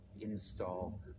install